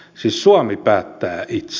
siis suomi päättää itse